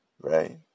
right